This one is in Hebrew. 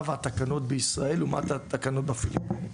והתקנות בישראל לעומת התקנות בפיליפינים.